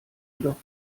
jedoch